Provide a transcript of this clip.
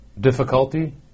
Difficulty